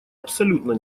абсолютно